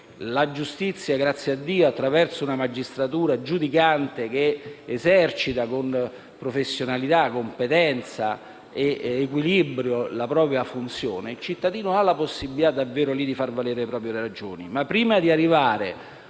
perché, grazie a Dio, attraverso la magistratura giudicante che esercita con professionalità, competenza ed equilibrio la propria funzione, il cittadino stesso ha la possibilità di far valere le proprie ragioni.